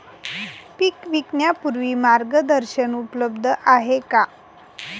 पीक विकण्यापूर्वी मार्गदर्शन उपलब्ध आहे का?